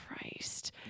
christ